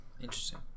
interesting